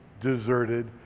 deserted